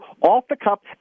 off-the-cup